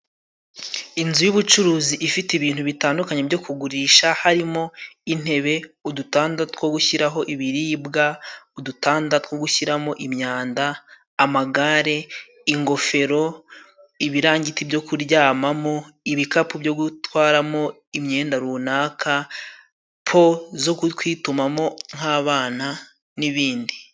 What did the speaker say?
Inzu y'ubucuruzi ifite ibintu bitandukanye byo kugurisha harimo intebe, udutanda two gushyira ho ibiribwa, udutanda two gushyira mo imyanda, amagare, ingofero, ibirangiti byo kuryama mo, ibikapu byo gutwara mo imyenda runaka, po zo kwituma mo nk'abana n'ibindi....